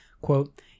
quote